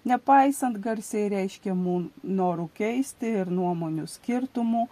nepaisant garsiai reiškiamų norų keisti ir nuomonių skirtumų